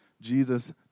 Jesus